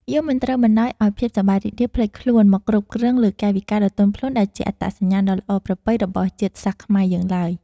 យើងមិនត្រូវបណ្តោយឱ្យភាពសប្បាយរីករាយភ្លេចខ្លួនមកគ្រប់គ្រងលើកាយវិការដ៏ទន់ភ្លន់ដែលជាអត្តសញ្ញាណដ៏ល្អប្រពៃរបស់ជាតិសាសន៍ខ្មែរយើងឡើយ។